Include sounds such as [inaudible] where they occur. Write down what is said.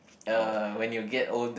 oh [noise]